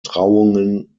trauungen